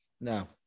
No